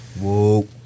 Whoa